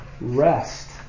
rest